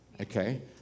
Okay